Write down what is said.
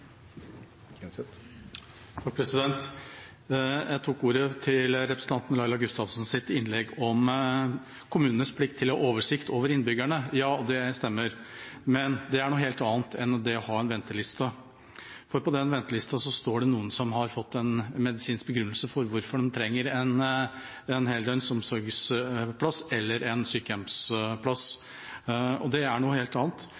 Kjenseth har hatt ordet to ganger tidligere og får ordet til en kort merknad, begrenset til 1 minutt. Jeg tok ordet på grunn av representanten Laila Gustavsens innlegg om kommunenes plikt til å ha oversikt over innbyggerne. Ja, det stemmer, men det er noe helt annet enn å ha en venteliste, for på den ventelista står det noen som har fått en medisinsk begrunnelse for hvorfor de trenger en heldøgns omsorgsplass eller en sykehjemsplass.